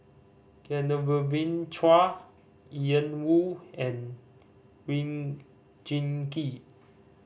Genevieve Chua Ian Woo and Oon Jin Gee